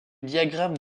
diagramme